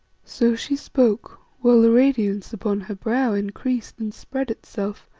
so she spoke, while the radiance upon her brow increased and spread itself,